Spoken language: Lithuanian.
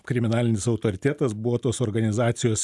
kriminalinis autoritetas buvo tos organizacijos